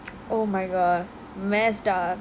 oh my god messed up